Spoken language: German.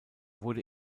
wurde